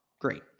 great